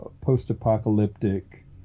post-apocalyptic